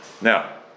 Now